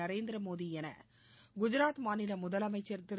நரேந்திர மோடி என குஜராத் மாநில முதலமைச்சள் திரு